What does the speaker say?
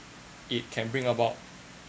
it can bring about